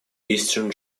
eastern